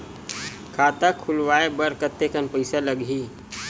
खाता खुलवाय बर कतेकन पईसा लगही?